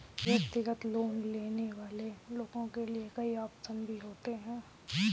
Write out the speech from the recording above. व्यक्तिगत लोन लेने वाले लोगों के लिये कई आप्शन भी होते हैं